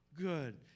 good